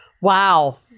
Wow